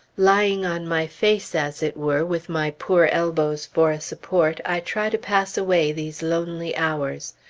lying on my face, as it were, with my poor elbows for a support, i try to pass away these lonely hours.